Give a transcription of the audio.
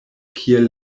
kiel